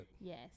Yes